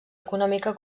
econòmica